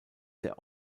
der